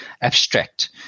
abstract